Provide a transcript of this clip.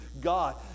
God